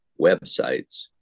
websites